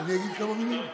שאני אגיד כמה מילים?